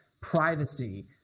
privacy